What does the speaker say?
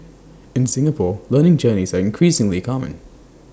in Singapore learning journeys are increasingly common